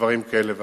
לדברים כאלה ואחרים.